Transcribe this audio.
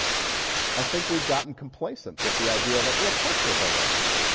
i think we've gotten complacent with the idea that, well, course weire above average.